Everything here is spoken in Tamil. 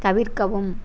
தவிர்க்கவும்